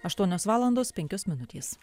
aštuonios valandos penkios minutės